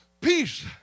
peace